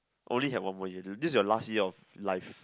only have one more ya this your last year of life